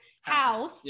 house